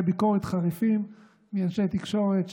ביקורת חריפים לא נעימים של התקשורת.